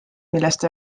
millest